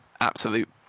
absolute